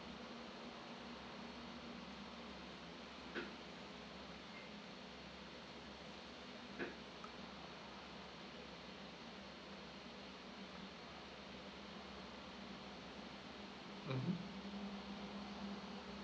mmhmm